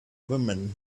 women